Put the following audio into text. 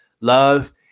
love